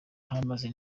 yahamaze